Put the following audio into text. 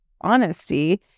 honesty